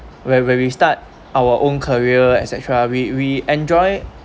when when we start our own career etcetera we we enjoy